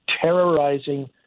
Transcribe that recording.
terrorizing